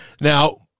Now